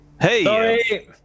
Hey